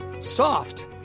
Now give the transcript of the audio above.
soft